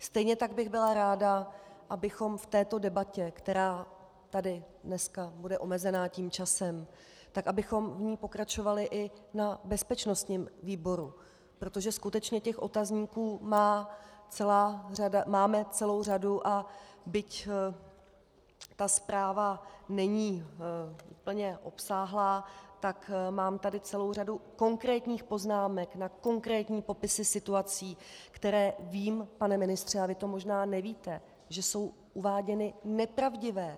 Stejně tak bych byla ráda, abychom v této debatě, která tady dneska bude omezena tím časem, pokračovali i na bezpečnostním výboru, protože skutečně těch otazníků máme celou řadu, a byť ta zpráva není úplně obsáhlá, tak mám tady celou řadu konkrétních poznámek nad konkrétními popisy situací, které vím, pane ministře, a vy to možná nevíte, že jsou uváděny nepravdivé.